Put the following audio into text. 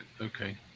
okay